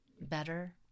better